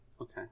Okay